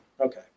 okay